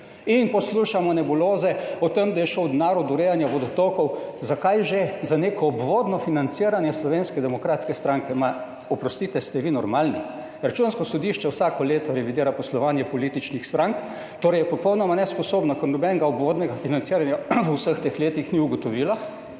In poslušamo nebuloze o tem, da je šel denar od urejanja vodotokov. Zakaj že? Za neko obvodno financiranje Slovenske demokratske stranke. Ma oprostite ali ste vi normalni? Računsko sodišče vsako leto revidira poslovanje političnih strank. Torej je popolnoma nesposobno, ker nobenega ugodnega financiranja v vseh teh letih ni ugotovilo